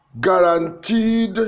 guaranteed